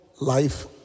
life